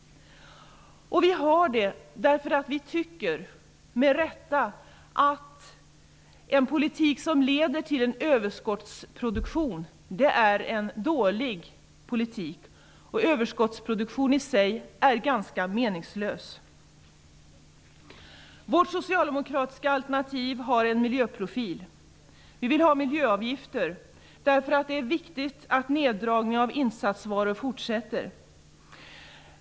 Vi vill ha det på det sättet, eftersom vi med rätta tycker att en politik som leder till överskottsproduktion är en dålig politik. Det är ganska meningslöst med överskottsproduktion. Vårt socialdemokratiska alternativ har en miljöprofil. Vi vill ha miljöavgifter, eftersom det är viktigt att neddragningen av insatsvaror fortsätter.